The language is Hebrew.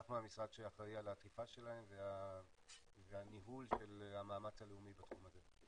ואנחנו המשרד שאחראי על העטיפה שלהם והניהול של המאמץ הלאומי בתחום הזה.